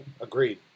Agreed